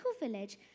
village